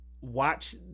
watch